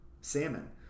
Salmon